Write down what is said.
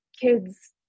kids